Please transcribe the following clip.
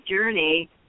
journey